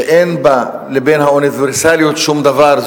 שאין בינה ובין האוניברסליות שום דבר,